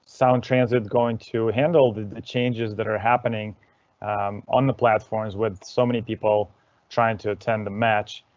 sound transit going to handle the changes that are happening on the platforms with so many people trying to attend the match.